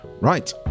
Right